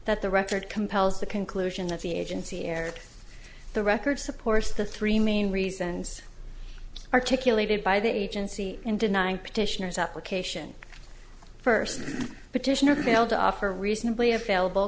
that the record compels the conclusion that the agency erred the record supports the three main reasons articulated by the agency in denying petitioners application first petitioner failed to offer reasonably available